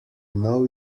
know